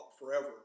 forever